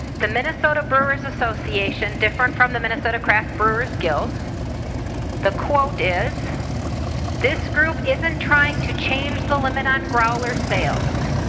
the minnesota brewers association different from the minnesota craft brewers guild the quotation is this group is in trying to chain the limit on growler sales.